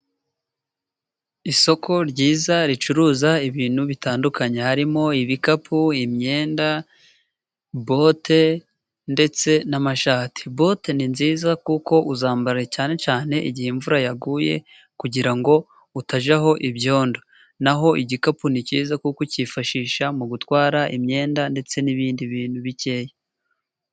Isoko ryiza ricuruza ibintu bitandukanye harimo, ibikapu imyenda ,bote, ndetse n'amashati .Bote ni nziza kuko uzambara cyane cyane igihe imvura yaguye ,kugira ngo utajyaho ibyondo, naho igikapu ni cyiza kuko ukifashisha mu gutwara imyenda ndetse n'ibindi bintu bikeya.